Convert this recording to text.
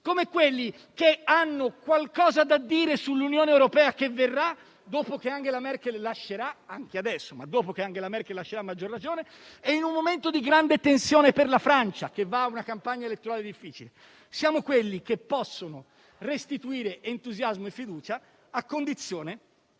come quelli che hanno qualcosa da dire sull'Unione europea che verrà, anche adesso, ma a maggior ragione dopo che Angela Merkel lascerà, e in un momento di grande tensione per la Francia, che va verso una campagna elettorale difficile. Siamo quelli che possono restituire entusiasmo e fiducia a condizione